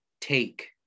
take